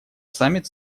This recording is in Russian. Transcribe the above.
саммит